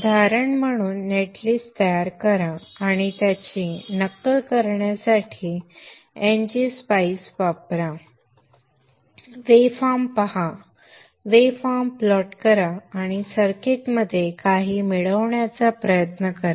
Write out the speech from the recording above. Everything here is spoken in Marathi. उदाहरण म्हणून नेट लिस्ट तयार करा आणि त्याचे नक्कल करण्यासाठी ngSpice वापरा वे फॉर्म पहा वे फॉर्म प्लॉट करा आणि सर्किटमध्ये काही मिळवण्याचा प्रयत्न करा